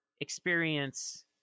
experience